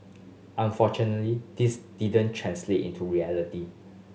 unfortunately this didn't translate into reality